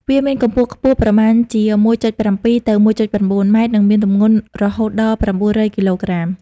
វាមានកម្ពស់ខ្ពស់ប្រមាណជា ១.៧ ទៅ ១.៩ ម៉ែត្រ និងមានទម្ងន់រហូតដល់ ៩០០ គីឡូក្រាម។